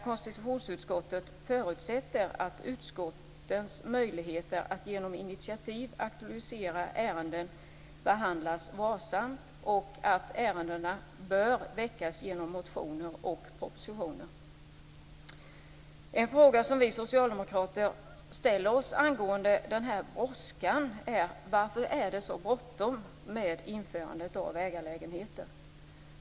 Konstitutionsutskottet förutsatte då att utskottens möjligheter att genom initiativ aktualisera ärenden skulle begagnas varsamt och framhöll att ärenden bör väckas genom motioner och propositioner. En fråga som vi socialdemokrater ställer oss är: Varför är det så bråttom med införandet av ägarlägenheter?